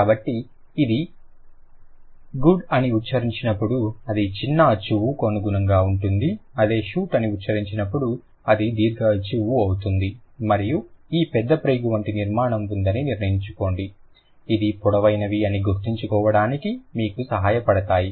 కాబట్టి అది గుడ్ అని ఉచ్చరించినపుడు అది చిన్న అచ్చు ఉ కు అనుగుణంగా ఉంటుంది అదే షూట్ అని ఉచ్చరించినపుడు అది దీర్ఘ అచ్చు ఊ అవుతుంది మరియు ఈ పెద్దప్రేగు వంటి నిర్మాణం ఉందని గుర్తుంచుకోండి ఇవి పొడవైనవి అని గుర్తుంచుకోవడానికి మీకు సహాయపడతాయి